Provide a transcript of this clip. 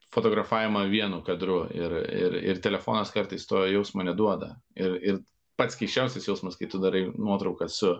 fotografavimą vienu kadru ir ir ir telefonas kartais to jausmo neduoda ir ir pats keisčiausias jausmas kai tu darai nuotraukas su